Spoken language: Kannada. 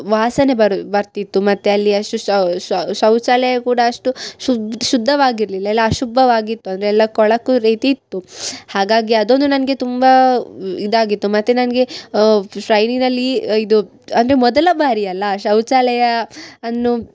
ವಾಸನೆ ಬರು ಬರ್ತಿತ್ತು ಮತ್ತು ಅಲ್ಲಿ ಅಷು ಶೌಚಾಲಯ ಕೂಡ ಅಷ್ಟು ಶುಬ್ ಶುದ್ಧವಾಗಿರಲಿಲ್ಲ ಎಲ್ಲ ಅಶುದ್ಧವಾಗಿತ್ತು ಅಂದರೆ ಎಲ್ಲ ಕೊಳಕು ರೀತಿ ಇತ್ತು ಹಾಗಾಗಿ ಅದೊಂದು ನನಗೆ ತುಂಬ ವಿ ಇದಾಗಿತ್ತು ಮತ್ತು ನನಗೆ ಫ್ರೈನಿನಲ್ಲಿ ಇದು ಅಂದರೆ ಮೊದಲ ಬಾರಿ ಅಲ್ಲ ಶೌಚಾಲಯ ಅನ್ನು